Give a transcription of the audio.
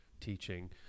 teaching